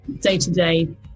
day-to-day